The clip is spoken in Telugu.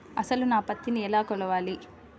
అసలు నా పత్తిని ఎలా కొలవాలి?